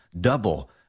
Double